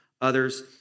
others